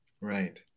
Right